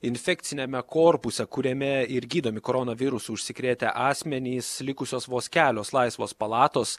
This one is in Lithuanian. infekciniame korpuse kuriame ir gydomi koronavirusu užsikrėtę asmenys likusios vos kelios laisvos palatos